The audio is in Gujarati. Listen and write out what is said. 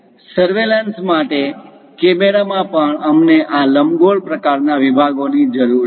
સર્વેલન્સ માટે કેમેરામાં પણ અમને આ લંબગોળ પ્રકારના વિભાગોની જરૂર છે